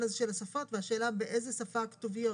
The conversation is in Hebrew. הזה של השפות והשאלה באיזו שפה הכתוביות